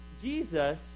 Jesus